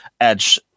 edge